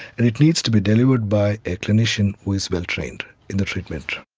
and it needs to be delivered by a clinician who is well trained in the treatment.